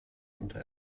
unter